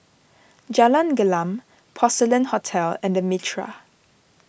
Jalan Gelam Porcelain Hotel and the Mitraa